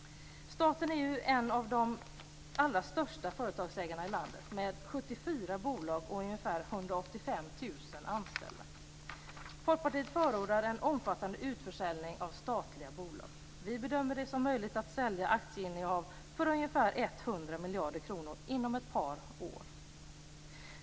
Staten är en av de allra största företagsägarna i landet med 74 bolag och ungefär 185 000 anställda. Folkpartiet förordar en omfattande utförsäljning av statliga bolag. Vi bedömer det som möjligt att sälja aktieinnehav för ungefär 100 miljarder kronor inom ett par år.